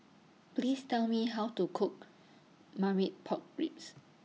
Please Tell Me How to Cook Marmite Pork Ribs